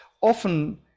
often